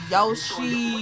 Yoshi